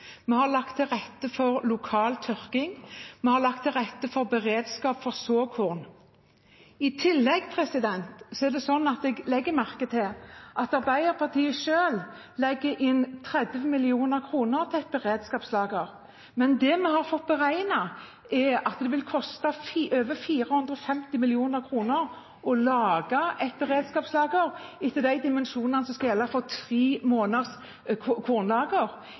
vi har lagt til rette for lokal tørking, og vi har lagt til rette for beredskap av såkorn. I tillegg legger jeg merke til at Arbeiderpartiet selv legger inn 30 mill. kr til et beredskapslager. Men det vi har fått beregnet, er at det vil koste over 450 mill. kr å lage et beredskapslager etter de dimensjonene som skal gjelde for tre måneders kornlager,